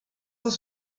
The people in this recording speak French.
cent